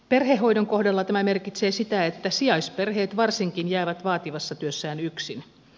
perhehoidon kohdalla tämä merkitsee sitä että sijaisperheet varsinkin jäävät vaativassa työssään yksin